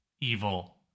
evil